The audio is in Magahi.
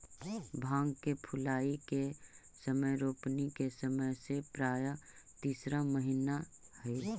भांग के फूलाए के समय रोपनी के समय से प्रायः तीसरा महीना हई